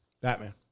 Batman